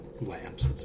lamps